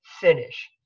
finish